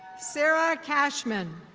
sarah cashmin.